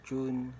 June